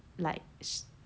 like sh~